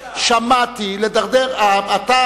"תדרדר את המצב".